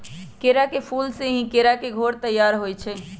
केरा के फूल से ही केरा के घौर तइयार होइ छइ